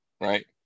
right